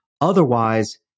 Otherwise